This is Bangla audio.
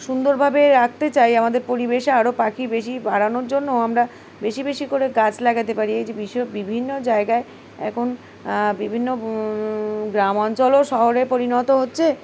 সুন্দরভাবে রাখতে চাই আমাদের পরিবেশে আরও পাখি বেশি বাড়ানোর জন্য আমরা বেশি বেশি করে গাছ লাগাতে পারি এই যে বিষ্ব বিভিন্ন জায়গায় এখন বিভিন্ন গ্রাম অঞ্চলও শহরে পরিণত হচ্ছে